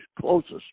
closest